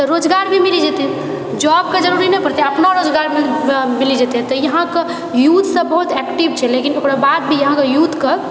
तऽ रोजगार भी मिलि जेतए जोबके जरुरी नहि पड़तै अपना रोजगार मिलि जेतए तऽ यहाँके यूथ सब बहुत एक्टिव छै लेकिन ओकरा बाद भी यहाँके यूथके